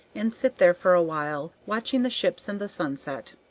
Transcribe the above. and sit there for a while watching the ships and the sunset.